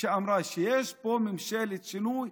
אמרת שיש פה ממשלת שינוי.